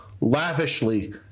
lavishly